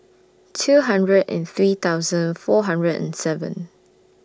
two hundred and three thousand four hundred and seven